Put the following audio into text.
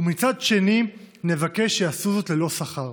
ומצד שני נבקש שיעשו זאת ללא שכר.